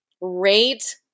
rate